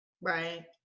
Right